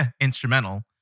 instrumental